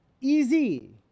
easy